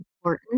important